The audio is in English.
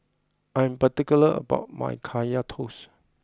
I am particular about my Kaya Toast